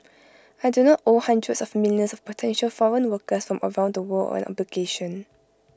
I do not owe hundreds of millions of potential foreign workers from around the world an obligation